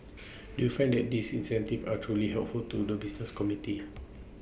do you find that these incentives are truly helpful to the business community